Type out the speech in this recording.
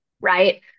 right